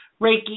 Reiki